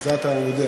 זה אתה יודע.